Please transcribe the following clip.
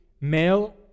male